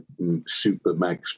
supermax